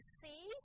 see